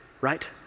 right